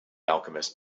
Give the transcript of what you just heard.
alchemist